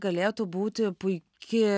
galėtų būti puiki